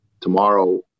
tomorrow